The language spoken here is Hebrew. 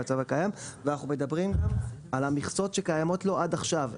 ואנחנו מדברים גם על המכסות שקיימות לו עד עכשיו,